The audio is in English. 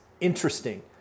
interesting